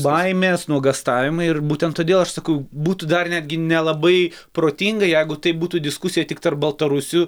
baimės nuogąstavimai ir būtent todėl aš sakau būtų dar netgi nelabai protinga jeigu tai būtų diskusija tik tarp baltarusių